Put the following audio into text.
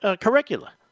Curricula